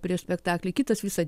prieš spektaklį kitas visą